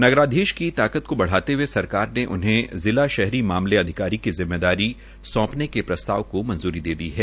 नगराधीश की ताकत बढाते हुए सरकार ने उन्हें जिला शहरी मामले अधिकारी की जिम्मेदारी सौंपने के प्रस्ताव को मंजूरी दे दी है